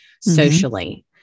socially